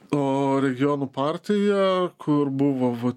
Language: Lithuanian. o regionų partija kur buvo va